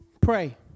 Pray